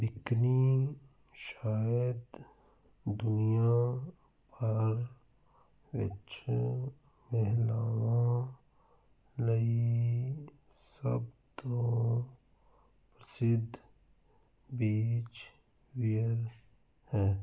bikini ਸ਼ਾਇਦ ਦੁਨੀਆਂ ਭਰ ਵਿੱਚ ਮਹਿਲਾਵਾਂ ਲਈ ਸਭ ਤੋਂ ਪ੍ਰਸਿੱਧ ਬੀਚ ਵੀਅਰ ਹੈ